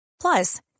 Plus